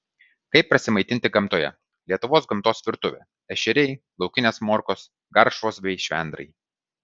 kaip prasimaitinti gamtoje lietuvos gamtos virtuvė ešeriai laukinės morkos garšvos bei švendrai